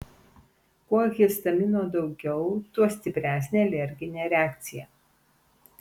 kuo histamino daugiau tuo stipresnė alerginė reakcija